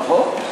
נכון,